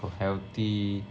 got healthy